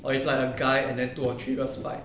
or it's like a guy and then two or three girls fight